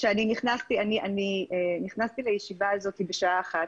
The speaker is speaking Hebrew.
אני נכנסתי לישיבה הזו בשעה 13:00,